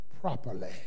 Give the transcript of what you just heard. properly